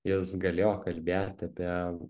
jis galėjo kalbėti apie